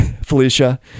Felicia